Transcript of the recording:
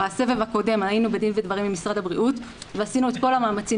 בסבב הקודם היינו בדין ובדברים עם משרד הבריאות ועשינו את כל המאמצים,